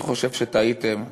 אני חושב שטעיתם,